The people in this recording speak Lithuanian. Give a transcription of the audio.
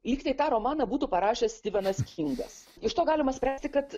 lyg tai romaną būtų parašęs stivenas kingas iš to galima spręsti kad